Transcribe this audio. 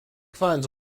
funds